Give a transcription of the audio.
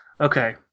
Okay